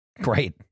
Great